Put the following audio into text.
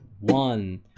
one